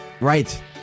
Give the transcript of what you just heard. Right